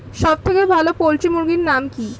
সবথেকে ভালো পোল্ট্রি মুরগির নাম কি?